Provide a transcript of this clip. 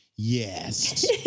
yes